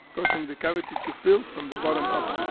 causing the cavity to fill from the bottom up.